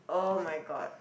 [oh]-my-god